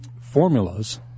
formulas